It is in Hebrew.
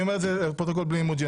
אני אומר את זה לפרוטוקול בלי אימוג'י: